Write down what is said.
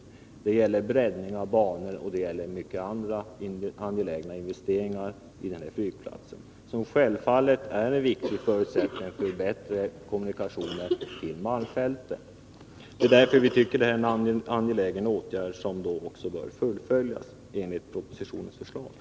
Vidare skall man göra breddning av banor och många andra angelägna investeringar vid den här flygplatsen, som självfallet är en viktig förutsättning för bättre kommunikationer till malmfälten. Det är därför vi tycker att de är angeläget att vidta dessa åtgärder, som bör fullföljas enligt propositionsförslaget.